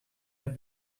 have